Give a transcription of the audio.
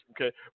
okay